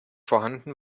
vorhanden